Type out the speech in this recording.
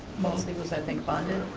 mostly was i think bonded,